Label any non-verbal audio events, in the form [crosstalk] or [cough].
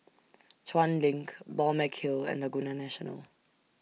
[noise] Chuan LINK Balmeg Hill and Laguna National